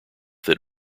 that